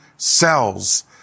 cells